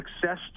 success